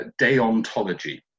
deontology